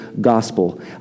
gospel